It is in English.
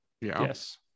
yes